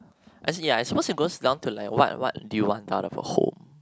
as in ya I suppose goes down to like what what do you want out of a home